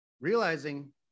realizing